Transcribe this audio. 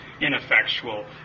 ineffectual